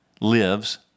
lives